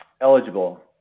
eligible